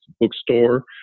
bookstore